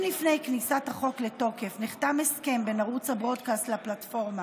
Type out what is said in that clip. לפני כניסת החוק לתוקף נחתם הסכם בין ערוץ הברודקאסט לפלטפורמה